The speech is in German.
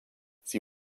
sie